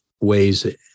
ways